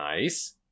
Nice